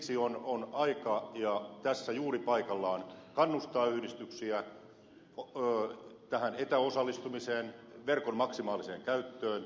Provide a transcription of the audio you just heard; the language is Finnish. siksi on aika ja tässä juuri paikallaan kannustaa yhdistyksiä tähän etäosallistumiseen verkon maksimaaliseen käyttöön